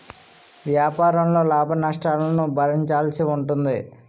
వ్యాపారంలో లాభనష్టాలను భరించాల్సి ఉంటుంది